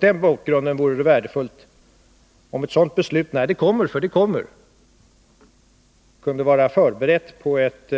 Det vore därför värdefullt om ett sådant beslut när det kommer — vilket det gör — kunde vara förberett på ett